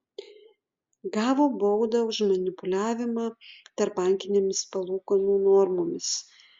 gavo baudą už manipuliavimą tarpbankinėmis palūkanų normomis